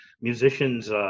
musicians